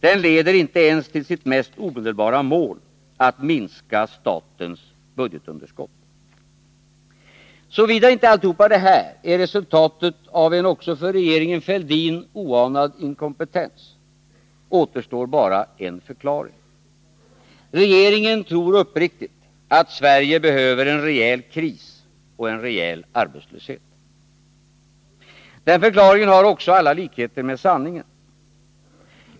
Den leder inte ens till sitt mest omedelbara mål — att minska statens budgetunderskott. Såvida inte allt detta är resultatet av en också för regeringen Fälldin oanad inkompetens, återstår bara en förklaring. Regeringen tror uppriktigt att Sverige behöver en rejäl kris och en rejäl arbetslöshet. Den förklaringen har också alla likheter med sanningen.